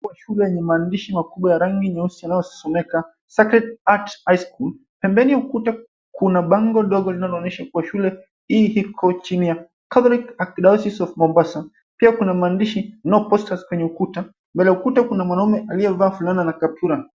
Shule yenye maandishi makubwa ya rangi nyeusi yanayosomeka, Sacred Heart High School. Pembeni ya ukuta kuna bango dogo linaloonyesha kuwa shule hii iko chini ya Catholic Archdiocese of Mombasa. Pia kuna maandishi, No Posters kwenye ukuta. Mbele ya ukuta kuna mwanaume aliyevaa fulana na kaptura.